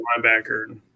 linebacker